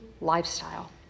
lifestyle